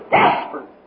desperate